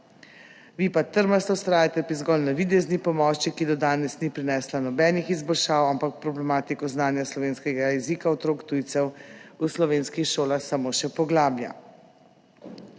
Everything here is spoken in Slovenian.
Vi pa trmasto vztrajate pri zgolj navidezni pomoči, ki do danes ni prinesla nobenih izboljšav, ampak problematiko znanja slovenskega jezika otrok tujcev v slovenskih šolah samo še poglablja.